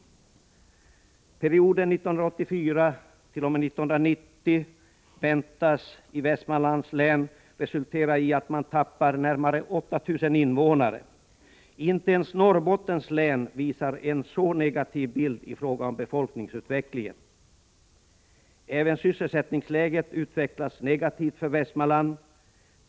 Under perioden 1984-1990 väntas Västmanlands län förlora närmare 8 000 invånare. Inte ens Norrbottens län visar en så negativ bild i fråga om befolkningsutvecklingen. Även sysselsättningsläget utvecklas negativt för Västmanland.